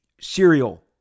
cereal